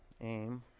Aim